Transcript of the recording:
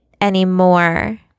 anymore